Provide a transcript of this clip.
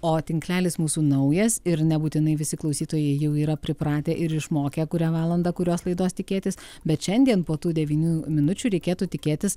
o tinklelis mūsų naujas ir nebūtinai visi klausytojai jau yra pripratę ir išmokę kurią valandą kurios laidos tikėtis bet šiandien po tų devynių minučių reikėtų tikėtis